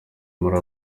muri